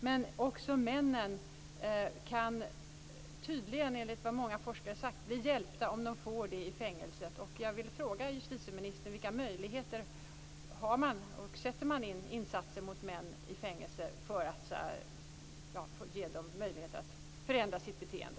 Men också männen kan, enligt vad många forskare har sagt, bli hjälpta om de får kristerapi i fängelset. Jag vill fråga justitieministern vilka möjligheter man har. Sätter man in insatser mot män i fängelse för att ge dem möjlighet att förändra sitt beteende?